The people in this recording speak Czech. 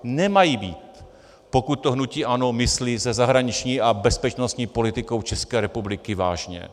Nemají být, pokud to hnutí ANO myslí se zahraniční a bezpečnostní politikou České republiky vážně.